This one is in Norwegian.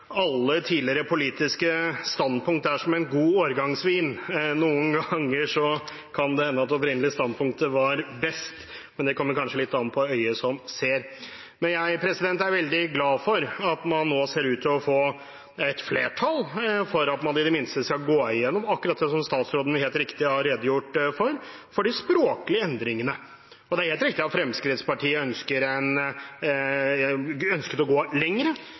alle tidligere politiske standpunkter er som en god årgangsvin. Noen ganger kan det hende at det opprinnelige standpunktet var best, men det kommer kanskje litt an på øyet som ser. Men jeg er veldig glad for at man nå ser ut til å få et flertall for at man i det minste skal gå gjennom akkurat det som statsråden helt riktig har redegjort for – de språklige endringene. Det er helt riktig at Fremskrittspartiet ønsket å gå